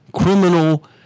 criminal